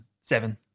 Seven